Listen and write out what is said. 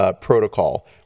protocol